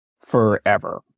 forever